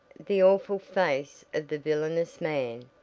the awful face of the villainous man,